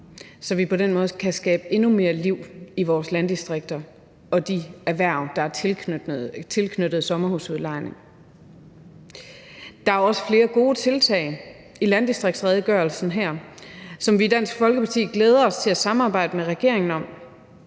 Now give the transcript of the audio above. så vi på den måde kan skabe endnu mere liv i vores landdistrikter og i de erhverv, der er tilknyttet sommerhusudlejning. Der er også flere gode tiltag her i landdistriktsredegørelsen, som vi i Dansk Folkeparti glæder os til at samarbejde med regeringen om.